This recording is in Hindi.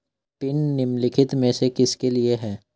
पिन निम्नलिखित में से किसके लिए है?